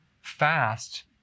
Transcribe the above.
fast